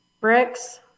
Bricks